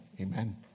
Amen